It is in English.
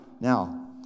Now